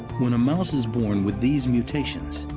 when a mouse is born with these mutations,